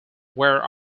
were